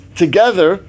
together